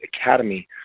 Academy